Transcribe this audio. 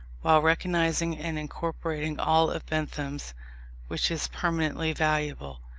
while recognizing and incorporating all of bentham's which is permanently valuable.